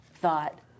thought